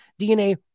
DNA